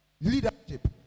leadership